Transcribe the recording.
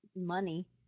money